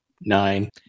Nine